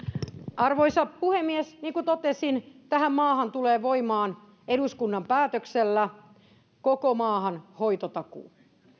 arvoisa puhemies niin kuin totesin koko maahan tulee voimaan eduskunnan päätöksellä hoitotakuu